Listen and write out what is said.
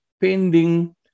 pending